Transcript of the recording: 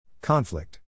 Conflict